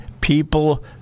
people